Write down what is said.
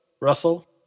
Russell